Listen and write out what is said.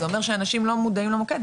זה אומר שאנשים לא מודעים למוקד.